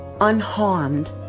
unharmed